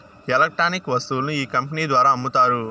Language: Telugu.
ఎలక్ట్రానిక్ వస్తువులను ఈ కంపెనీ ద్వారా అమ్ముతారు